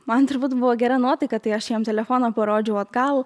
man turbūt buvo gera nuotaika tai aš jam telefoną parodžiau atgal